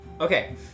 Okay